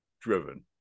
driven